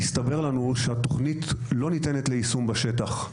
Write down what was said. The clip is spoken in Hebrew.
הסתבר לנו שהתוכנית לא ניתנת ליישום בשטח.